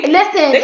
Listen